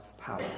power